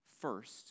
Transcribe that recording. first